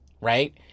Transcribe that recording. right